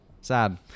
Sad